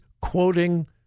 quoting